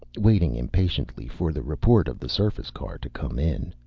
waiting impatiently for the report of the surface car to come in.